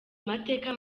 amateka